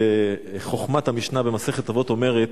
חוכמת המשנה במסכת אבות אומרת: